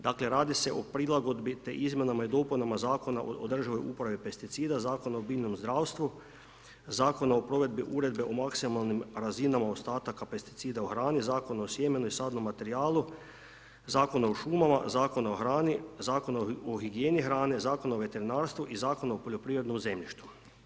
Dakle, radi se o prilagodbi i izmjenama i dopunama Zakona o državnoj uporabi pesticida, Zakona o biljnom zdravstvu, Zakona o provedbi uredbe o maksimalnim razinama ostataka pesticida u hrani, Zakon o sjemenu i sadnom materijalu, Zakona o šumama, Zakona o hrani, Zakona o higijeni hrane, Zakon o veterinarstvu i Zakon o poljoprivrednom zemljištu.